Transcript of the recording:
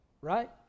right